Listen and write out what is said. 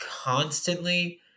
constantly